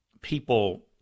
people